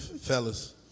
Fellas